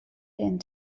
and